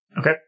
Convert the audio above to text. Okay